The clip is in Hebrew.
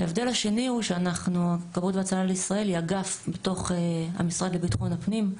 ההבדל השני הוא שכבאות והצלה לישראל היא אגף בתוך המשרד לביטחון הפנים,